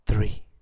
Three